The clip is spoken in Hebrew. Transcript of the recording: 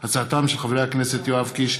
בעקבות דיון מהיר בהצעתם של חברי הכנסת יואב קיש,